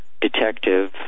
detective